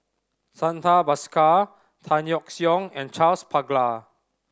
Santha Bhaskar Tan Yeok Seong and Charles Paglar